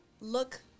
look